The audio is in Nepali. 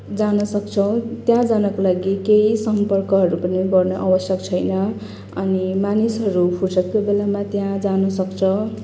जान सक्छौँ त्यहाँ जानको लागि केही सम्पर्कहरू पनि गर्न आवश्यक छैन अनि मानिसहरू फुर्सदको बेलामा त्यहाँ जान सक्छ